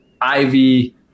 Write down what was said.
Ivy